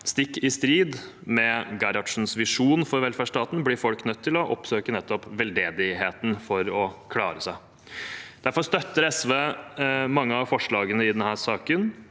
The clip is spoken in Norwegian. Stikk i strid med Gerhardsens visjon for velferdsstaten blir folk nødt til å oppsøke nettopp veldedigheten for å klare seg. Derfor støtter SV mange av forslagene i denne saken.